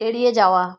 এড়িয়ে যাওয়া